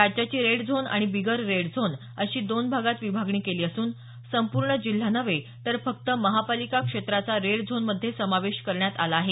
राज्याची red zone आणि बिगर रेड झोन अशी दोन भागात विभागणी केली असून संपूर्ण जिल्हा नव्हे तर फक्त महापालिका क्षेत्राचा रेड झोनमध्ये समावेश करण्यात आला आहे